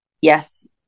Yes